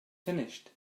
finished